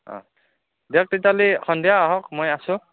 অঁ দিয়ক তেতিয়াহ'লি সন্ধিয়া আহক মই আছোঁ